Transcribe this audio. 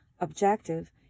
objective